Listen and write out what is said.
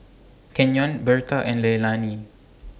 Kenyon Berta and Leilani